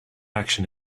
action